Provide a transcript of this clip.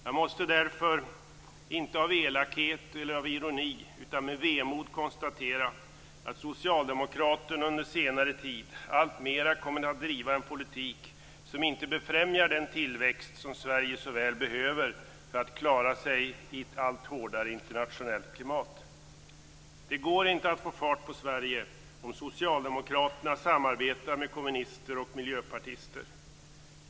Jag måste därför - inte av elakhet eller av ironi utan med vemod - konstatera att Socialdemokraterna under senare tid alltmer kommit att driva en politik som inte befrämjar den tillväxt som Sverige så väl behöver för att klara sig i ett allt hårdare internationellt klimat. Det går inte att få fart på Sverige, om socialdemokraterna samarbetar med kommunister och miljöpartister.